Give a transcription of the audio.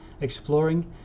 exploring